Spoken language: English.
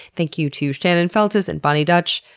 thank you to shannon feltus and boni dutch,